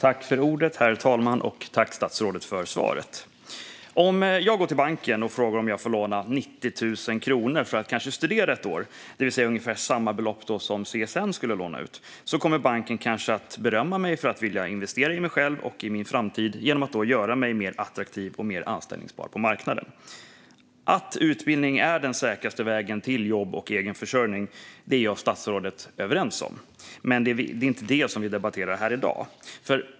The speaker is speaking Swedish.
Herr talman! Tack, statsrådet, för svaret! Om jag går till banken och frågar om jag får låna 90 000 kronor för att studera ett år, det vill säga ungefär samma belopp som CSN lånar ut, kommer banken kanske att berömma mig för att vilja investera i mig själv och i min framtid genom att göra mig mer attraktiv och mer anställbar på marknaden. Att utbildning är den säkraste vägen till jobb och egenförsörjning är jag och statsrådet överens om, men det är inte det vi debatterar här i dag.